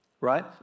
right